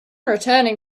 returning